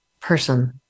person